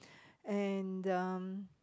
and uh